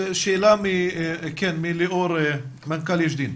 שאלה מליאור, מנכ"ל "יש דין".